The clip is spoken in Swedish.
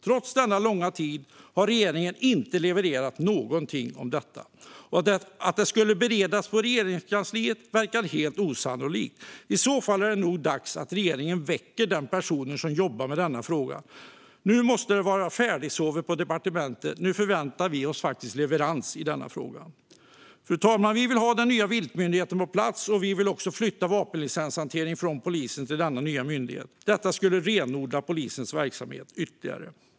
Trots denna långa tid har regeringen inte levererat någonting om detta. Att det skulle beredas på Regeringskansliet verkar helt osannolikt - i så fall är det nog dags att regeringen väcker den person som jobbar med denna fråga. Nu måste det vara färdigsovet på departementet; nu förväntar vi oss faktiskt leverans i denna fråga. Fru talman! Vi vill ha den nya viltmyndigheten på plats, och vi vill också flytta vapenlicenshanteringen från polisen till denna nya myndighet. Det skulle renodla polisens verksamhet ytterligare.